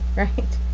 right?